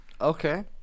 Okay